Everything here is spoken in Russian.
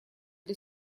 для